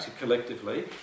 collectively